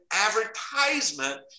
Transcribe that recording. advertisement